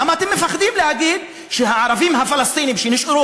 למה אתם מפחדים להגיד שהערבים הפלסטינים שנשארו